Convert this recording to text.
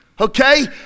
Okay